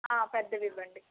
పెద్దవి ఇవ్వండి